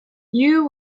you